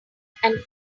fell